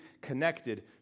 connected